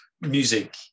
music